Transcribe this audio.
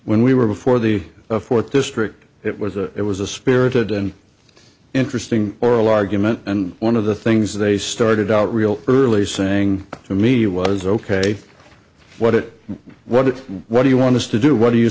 when we were before the fourth district it was a it was a spirited and interesting oral argument and one of the things they started out real early saying to me was ok what it what it what do you want us to do what are you